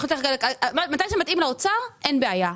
מתי שזה מתאים לאוצר, אין בעיה.